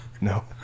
No